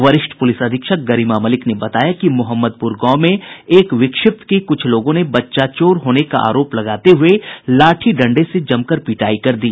वरिष्ठ पुलिस अधीक्षक गरिमा मलिक ने बताया कि मोहम्मदपुर गांव में एक विक्षिप्त की कुछ लोगों ने बच्चा चोर होने का आरोप लगाते हुए लाठी डंडे से जमकर पिटायी कर दी